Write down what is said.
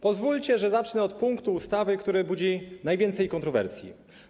Pozwólcie, że zacznę od punktu ustawy, który budzi najwięcej kontrowersji.